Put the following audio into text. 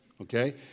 okay